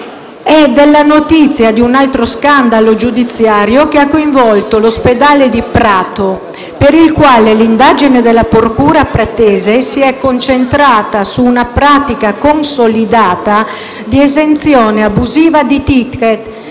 la notizia di un altro scandalo giudiziario che ha coinvolto l'ospedale di Prato, per il quale l'indagine della procura pratese si è concentrata su una pratica consolidata di esenzione abusiva di *ticket*